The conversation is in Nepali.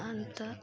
अन्त